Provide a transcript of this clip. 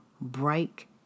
break